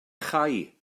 chau